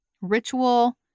ritual